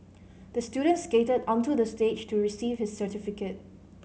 the student skated onto the stage to receive his certificate